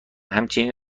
همچنین